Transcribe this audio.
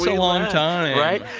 long time right,